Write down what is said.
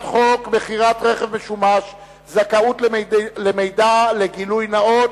חוק מכירת רכב משומש (זכאות למידע וגילוי נאות)